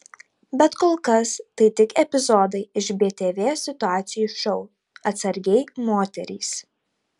bet kol kas tai tik epizodai iš btv situacijų šou atsargiai moterys